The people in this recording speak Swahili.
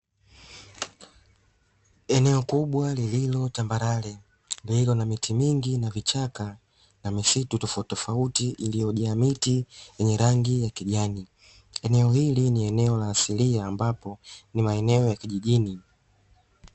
Eneo kubwa lililo tambarare , lililo na miti mingi na vichaka na misitu tofautitofauti, iliyojaa miti yenye rangi ya kijani, eneo hili ni eneo la asilia ambapo ni maeneo ya kijijini.